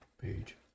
page